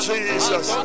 Jesus